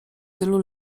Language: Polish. tylu